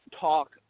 talk